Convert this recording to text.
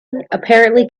apparently